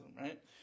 Right